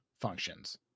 functions